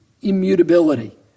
immutability